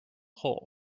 hole